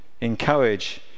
encourage